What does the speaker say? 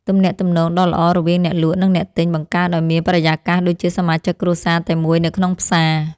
ទំនាក់ទំនងដ៏ល្អរវាងអ្នកលក់ និងអ្នកទិញបង្កើតឱ្យមានបរិយាកាសដូចជាសមាជិកគ្រួសារតែមួយនៅក្នុងផ្សារ។